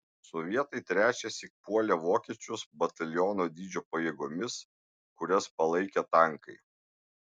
sovietai trečiąsyk puolė vokiečius bataliono dydžio pajėgomis kurias palaikė tankai